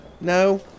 No